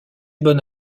bonne